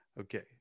Okay